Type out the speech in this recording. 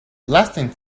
lasting